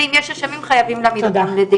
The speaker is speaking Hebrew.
ואם יש אשמים חייבים להעמיד אותם לדין.